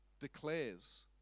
declares